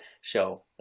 show